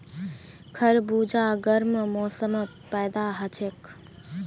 खरबूजा गर्म मौसमत पैदा हछेक